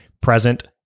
present